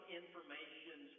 information